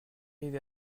arrivé